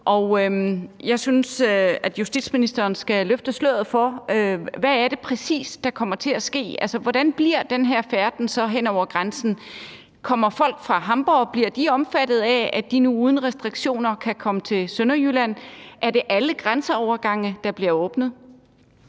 Jeg synes, justitsministeren skal løfte sløret for, hvad det præcis er, der kommer til at ske. Altså, hvordan bliver den her færden hen over grænsen så? Bliver folk fra Hamborg omfattet af det, så de nu uden restriktioner kan komme til Sønderjylland? Er det alle grænseovergange, der bliver åbnet?